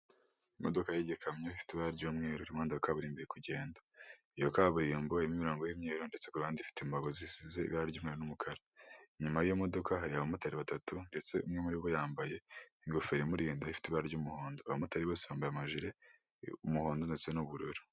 Imodoka y'igikamyo ifite ibara ry'umweru iri muri kaburimbo iri kugenda, iyo kaburimbo irimo imirongo y'imyeru ndetse ku ruhande ifite imbago zisize ibara ry'umweru n'umukara, inyuma y'iyo modoka hari abamotari batatu ndetse umwe muri bo yambaye ingofero imurinda ifite ibara ry'umuhondo, abamotari bose bambaye amajiri y'umuhondo ndetse n'ubururu.